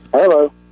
Hello